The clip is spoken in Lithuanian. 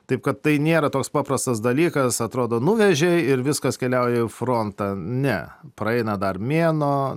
taip kad tai nėra toks paprastas dalykas atrodo nuvežei ir viskas keliauja į frontą ne praeina dar mėnuo